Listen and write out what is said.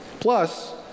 Plus